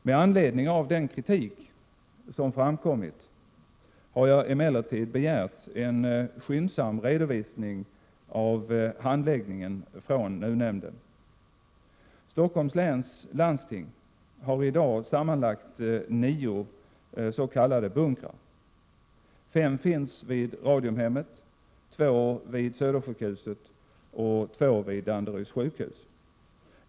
Med anledning av den kritik som framkommit har jag emellertid av NUU-nämnden begärt en skyndsam redovisning av handläggningen. Stockholms läns landsting har i dag sammanlagt nio s.k. bunkrar. Fem finns vid Radiumhemmet, två vid Södersjukhuset och två vid Danderyds sjukhus.